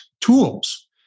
tools